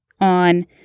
on